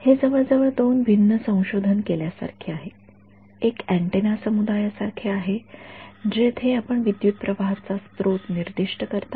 हे जवळजवळ दोन भिन्न संशोधन समुदायांसारखे आहे एक अँटेना समुदाया सारखे आहे जेथे आपण विद्युतप्रवाहाचा स्रोत निर्दिष्ट करता